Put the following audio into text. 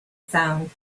sound